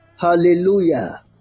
hallelujah